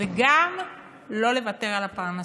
וגם לא לוותר על הפרנסה.